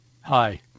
hi